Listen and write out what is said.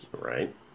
Right